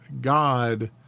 God